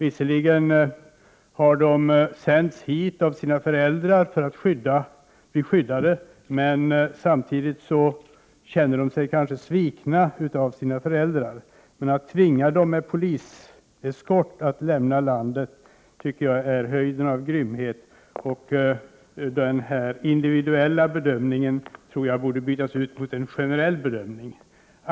Visserligen har de sänts hit av sina föräldrar för att bli skyddade, men samtidigt känner de sig svikna av sina föräldrar. Att tvinga dem med poliseskort att lämna landet är höjden av grymhet. En individuell bedömning borde bytas ut mot en generell bedömning.